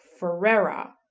Ferrera